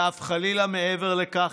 ואף חלילה מעבר לכך,